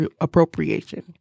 appropriation